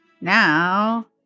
Now